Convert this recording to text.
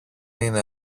είναι